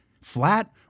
flat